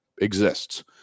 exists